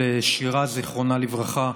של מאיה, זיכרונה לברכה,